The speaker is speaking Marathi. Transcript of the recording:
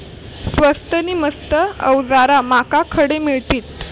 स्वस्त नी मस्त अवजारा माका खडे मिळतीत?